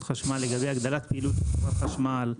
החשמל לגבי הגדלת פעילות חברת החשמל,